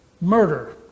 murder